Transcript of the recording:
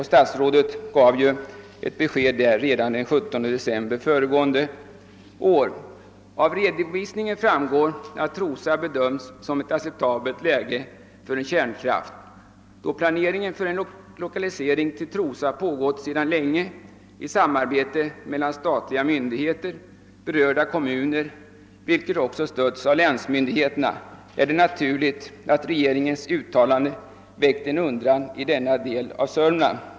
Statsrådet gav redan den 17 december förra året besked härom. Av redovisningen framgår att Trosa bedöms ha ett acceptabelt läge för ett kärnkraftverk. Då planeringen för en lokalisering till Trosa har pågått sedan länge i samarbete mellan statliga myndigheter och berörda kommuner, vilka stötts av länsmyndigheterna, är det naturligt att regeringens uttalande har väckt undran i denna del av Södermanland.